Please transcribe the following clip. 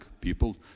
people